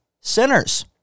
sinners